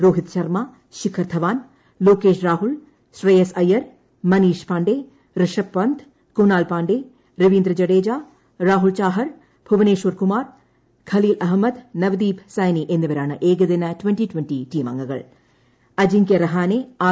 രോഹിത് ശർമ്മ ശിഖർ ധവാൻ ലോകേഷ് രാഹുൽ ശ്രയേസ് അയ്യർ മനീഷ് പാണ്ഡേ ഋഷഭ് പന്ത് ക്രുനാൽ പാണ്ഡൃ രവീന്ദ്ര ജഡേജ രാഹുൽ ചാഹർ ഭുവനേശ്വർ കുമാർ ഖലീൽ അഹമ്മദ് നവദീപ് സൈനി എന്നിവരാണ് ഏകദിന twenty Ajinkya Rahane R